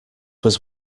was